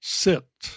sit